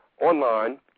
online